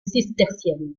cistercienne